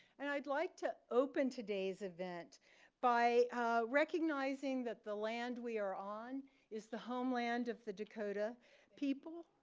and i'd like to open today's event by recognizing that the land we are on is the homeland of the dakota people.